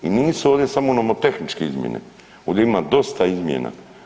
I nisu ovdje samo nomotehničke izmjene, ovdje ima dosta izmjena.